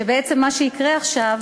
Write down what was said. שבעצם מה שיקרה עכשיו,